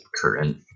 current